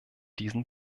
diesen